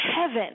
heaven